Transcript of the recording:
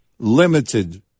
Limited